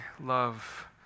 love